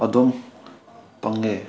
ꯑꯗꯨꯝ ꯐꯪꯉꯦ